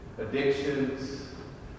addictions